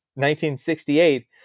1968